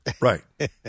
Right